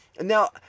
Now